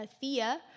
Thea